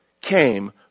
came